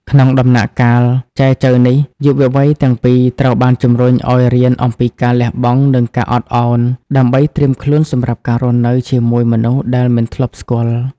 ក្នុងដំណាក់កាលចែចូវនេះ យុវវ័យទាំងពីរត្រូវបានជំរុញឱ្យរៀនអំពី "ការលះបង់ និងការអត់ឱន" ដើម្បីត្រៀមខ្លួនសម្រាប់ការរស់នៅជាមួយមនុស្សដែលមិនធ្លាប់ស្គាល់។